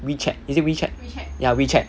WeChat is it WeChat ya WeChat